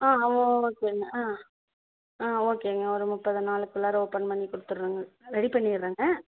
ஓகேங்க ஓகேங்க ஒரு முப்பது நாளுக்குள்ளாற ஓபன் பண்ணி கொடுத்தட்றங்க ரெடி பண்ணிடுறங்க